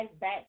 back